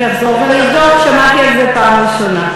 אני אחזור, ואני אבדוק, שמעתי על זה פעם ראשונה.